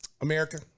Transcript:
America